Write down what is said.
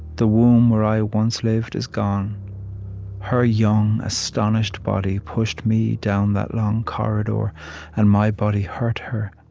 the womb where i once lived is gone her young astonished body pushed me down that long corridor and my body hurt her,